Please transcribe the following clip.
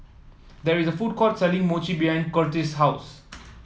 there is a food court selling Mochi behind Curtiss' house